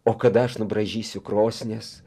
o kada aš nubraižysiu krosnis